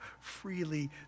freely